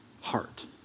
heart